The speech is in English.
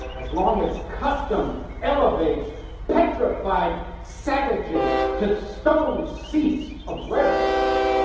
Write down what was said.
as long as custom elevates petrified savages to stone seats of reverence.